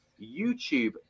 youtube